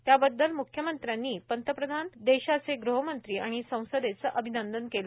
त्याबद्दल मुख्यमंत्र्यांनी पंतप्रधान देशाचे गृहमंत्री आणि संसदेचे अभिनंदन केले